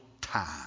time